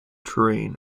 terrain